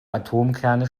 atomkerne